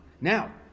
Now